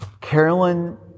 Carolyn